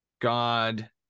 God